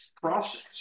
process